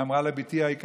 היא אמרה לה: בתי היקרה,